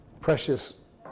precious